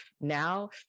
now